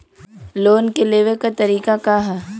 Loan के लेवे क तरीका का ह?